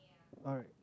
alright